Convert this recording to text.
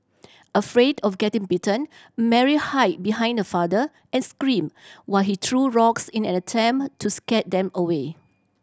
afraid of getting bitten Mary hide behind her father and screamed while he threw rocks in an attempt to scare them away